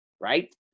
right